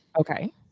Okay